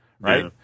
right